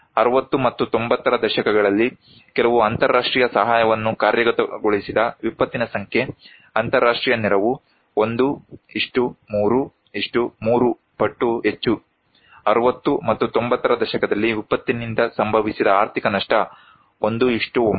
60 ಮತ್ತು 90ರ ದಶಕಗಳಲ್ಲಿ ಕೆಲವು ಅಂತರರಾಷ್ಟ್ರೀಯ ಸಹಾಯವನ್ನು ಕಾರ್ಯಗತಗೊಳಿಸಿದ ವಿಪತ್ತಿನ ಸಂಖ್ಯೆ ಅಂತರರಾಷ್ಟ್ರೀಯ ನೆರವು 1 3 3 ಪಟ್ಟು ಹೆಚ್ಚು 60 ಮತ್ತು 90 ರ ದಶಕದಲ್ಲಿ ವಿಪತ್ತಿನಿಂದ ಸಂಭವಿಸಿದ ಆರ್ಥಿಕ ನಷ್ಟ 1 9